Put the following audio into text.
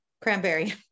cranberry